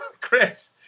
Chris